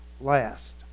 last